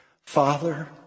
Father